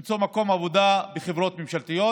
למצוא מקום עבודה בחברות ממשלתיות.